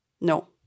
No